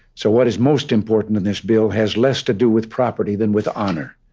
so what is most important in this bill has less to do with property than with honor.